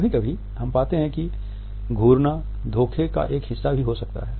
कभी कभी हम पाते हैं कि घूरना धोखे का एक हिस्सा भी हो सकता है